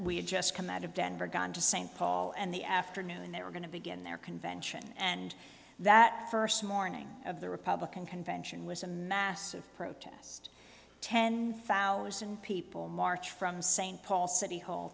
we had just come out of denver going to st paul and the afternoon they were going to begin their convention and that first morning of the republican convention was a massive protest ten thousand people march from st paul city hall